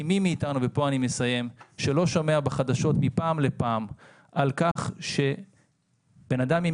מי מאיתנו לא שומע בחדשות מפעם לפעם על-כך שאדם עם